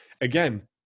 again